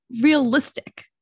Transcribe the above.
realistic